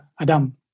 Adam